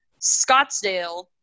scottsdale